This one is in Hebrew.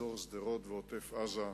אזור שדרות ועוטף-עזה,